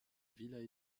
villa